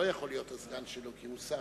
לא יכול להיות הסגן שלו, כי הוא שר.